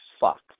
fuck